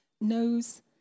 knows